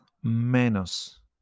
menos